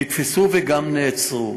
ונתפסו וגם נעצרו